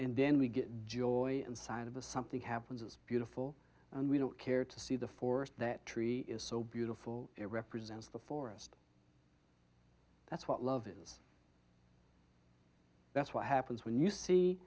and then we get joy inside of the something happens it's beautiful and we don't care to see the forest that tree is so beautiful it represents the forest that's what love is that's what happens when you see